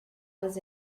was